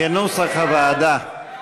כנוסח הוועדה.